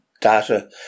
data